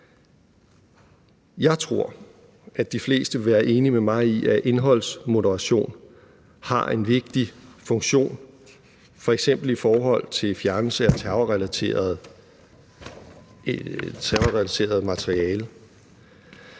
Jeg tror, at de fleste vil være enige med mig i, at indholdsmoderation har en vigtig funktion, f.eks. i forhold til fjernelse af terrorrelateret materiale.